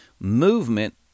movement